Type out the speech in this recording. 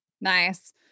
Nice